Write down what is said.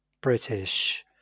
British